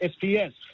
SPS